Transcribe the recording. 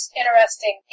interesting